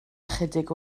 ychydig